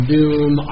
Doom